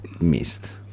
missed